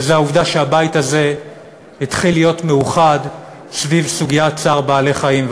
וזה העובדה שהבית הזה התחיל להיות מאוחד סביב סוגיית צער בעלי-חיים,